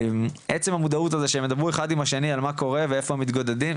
עצם המודעות שהם ידברו אחד עם השני על מה קורה ואיפה מתגודדים,